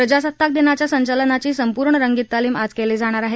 प्रजासत्ताक दिनाघ्या संचलनाची संपूर्ण रंगीत तालीम आज केली जाणार आहे